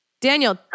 Daniel